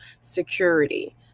security